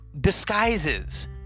Disguises